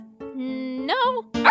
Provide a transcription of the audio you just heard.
No